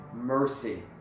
mercy